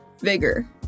vigor